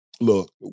look